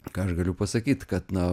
ką aš galiu pasakyt kad na